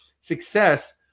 Success